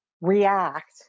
react